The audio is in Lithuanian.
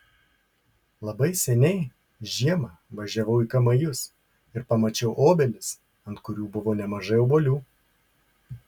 labai seniai žiemą važiavau į kamajus ir pamačiau obelis ant kurių buvo nemažai obuolių